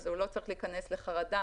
אז הוא לא צריך להיכנס לחרדה